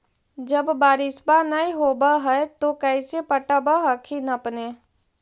जब बारिसबा नय होब है तो कैसे पटब हखिन अपने?